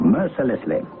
mercilessly